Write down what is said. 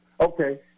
Okay